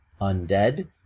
undead